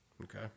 Okay